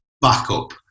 backup